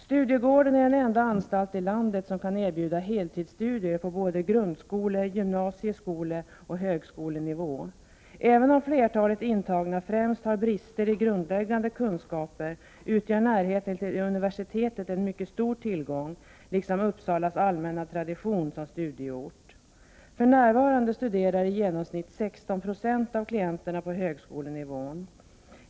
Studiegården är den enda anstalt i landet som kan erbjuda heltidsstudier på både grundskole-, gymnasieskoleoch högskolenivå. Även om flertalet intagna främst har brister i grundläggande kunskaper, utgör närheten till universitetet en mycket stor tillgång, liksom Uppsalas allmänna tradition som studieort. För närvarande studerar i genomsnitt 16 96 av klienterna på högskolenivån.